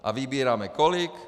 A vybíráme kolik?